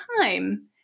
time